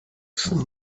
son